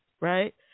right